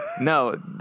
No